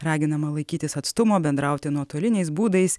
raginama laikytis atstumo bendrauti nuotoliniais būdais